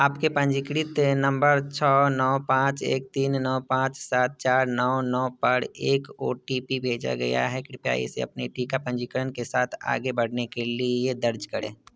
आपके पंजीकृत नम्बर छः नो पाँच एक तीन नो पाँच सात चार नौ नौ पर एक ओ टी पी भेजा गया है कृपया इसे अपने टीका पंजीकरण के साथ आगे बढ़ने के लिए दर्ज करें